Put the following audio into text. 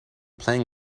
playing